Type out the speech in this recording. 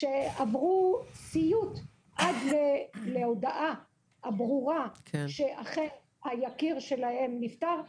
שעברו סיוט עד להודעה הברורה שאכן היקיר שלהם נפטר.